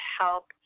help